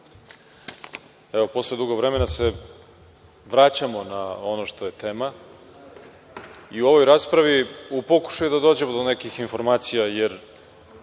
Evo, posle dugo vremena se vraćamo na ono što je tema. I u ovoj raspravi u pokušaju da dođemo do nekih informacija jer